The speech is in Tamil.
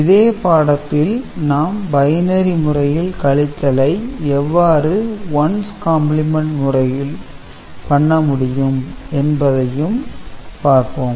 இதே பாடத்தில் நாம் பைனரி முறையில் கழித்தலை எவ்வாறு ஒன்ஸ் காம்ப்ளிமென்ட் முறையிலும் பண்ண முடியும் என்பதை பார்த்தோம்